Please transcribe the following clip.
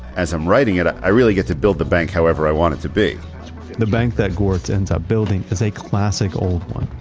as i'm writing it, i really get to build the bank however i wanted it to be the bank that gewirtz ends up building is a classic old one.